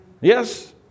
Yes